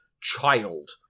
child